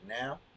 now